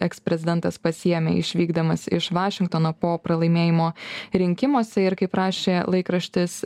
eksprezidentas pasiėmė išvykdamas iš vašingtono po pralaimėjimo rinkimuose ir kaip rašė laikraštis